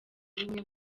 y’ubumwe